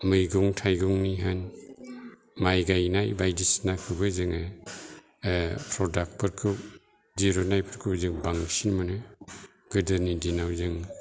मैगं थाइगंनि होन माइ गायनाय बायदिसिनाखौबो जोङो प्रदाकफोरखौ दिरुननायफोरखौ जों बांसिन मोनो गोदोनि दिनाव जों